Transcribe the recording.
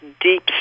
deep